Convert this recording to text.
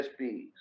usbs